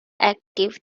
active